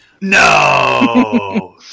No